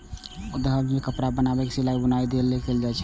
धागाक उपयोग कपड़ा बनाबै मे सिलाइ, बुनाइ लेल कैल जाए छै